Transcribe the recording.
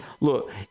look